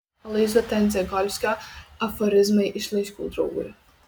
aloyzo tendzegolskio aforizmai iš laiškų draugui